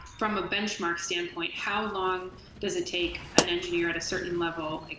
from a benchmark standpoint, how long does it take an engineering at a certain level, like